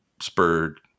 spurred